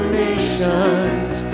nations